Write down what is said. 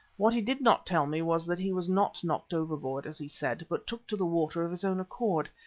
what he did not tell me was that he was not knocked overboard, as he said, but took to the water of his own accord,